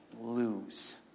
lose